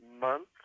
month